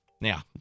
now